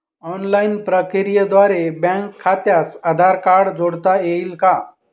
Online प्रक्रियेद्वारे bank खात्यास Aadhaar card जोडता येईल का?